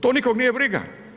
To nikoga nije briga.